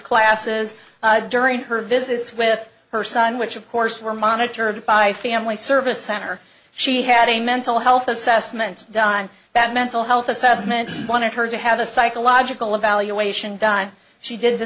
classes during her visits with her son which of course were monitored by family service center she had a mental health assessment done that mental health assessment wanted her to have a psychological evaluation done she did the